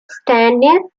standing